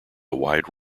wide